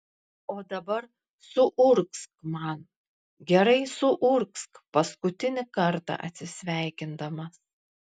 o dabar suurgzk man gerai suurgzk paskutinį kartą atsisveikindamas